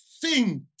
sing